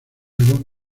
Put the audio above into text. algo